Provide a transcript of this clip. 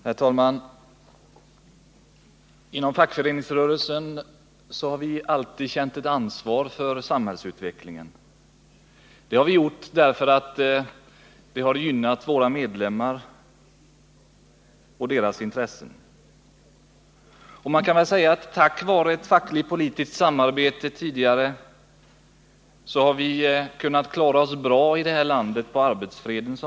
Herr talman! Inom fackföreningsrörelsen har vi alltid känt ett ansvar för samhällsutvecklingen. Detta har gynnat våra medlemmars intressen. Man kan väl säga att vi tack vare ett fackligt-politiskt samarbete tidigare kunnat klara arbetsfreden bra i det här landet.